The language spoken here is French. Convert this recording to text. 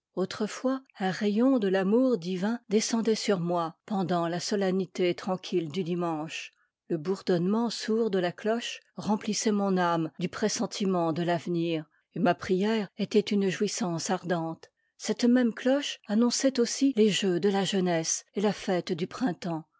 autrefois un k rayon de l'amour divin descendait sur moi pen dant la solennité tranquille du dimanche le bourdonnement sourd de la cloche rempiissait mon âme du pressentiment de l'avenir et ma prière était une jouissance ardente cette même ctoche annonçait aussi les jeux de la jeunesse et la fête du printemps